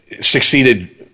succeeded